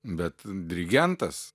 bet dirigentas